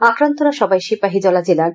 আক্রান্তরা সবাই সিপাহীজলা জেলার